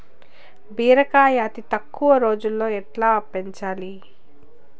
బీరకాయ అతి తక్కువ రోజుల్లో ఎట్లా పెంచాలి?